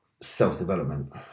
self-development